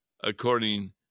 according